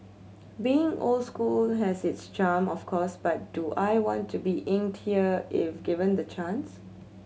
being old school has its charm of course but do I want to be inked here if given the chance